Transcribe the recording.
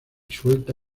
suelta